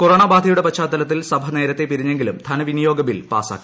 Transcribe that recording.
corona ബാധയുടെ പശ്ചാത്തലത്തിൽ സഭ നേരത്തേ പിരിഞ്ഞെങ്കിലും ധനവിനിയോഗ ബിൽ പാസാക്കി